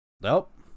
Nope